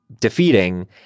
defeating